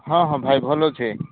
ହଁ ହଁ ଭାଇ ଭଲ ଅଛି